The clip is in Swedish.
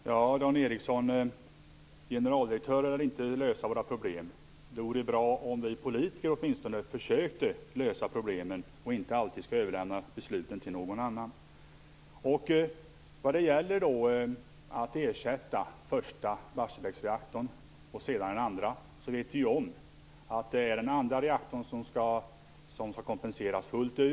Herr talman! Dan Ericsson! Generaldirektörer lär inte lösa våra problem. Men det är ju bra om vi politiker åtminstone försöker lösa problemen och inte alltid överlämnar besluten till någon annan. När det gäller frågan om att ersätta den första och sedan den andra Barsebäcksreaktorn vet vi att den andra reaktorn skall kompenseras fullt ut.